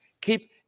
Keep